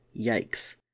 Yikes